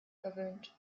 verwöhnt